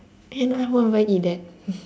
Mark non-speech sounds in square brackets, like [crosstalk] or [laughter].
and I won't even eat that [laughs]